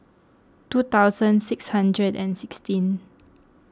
two thousand six hundred and sixteen